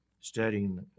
studying